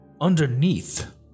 underneath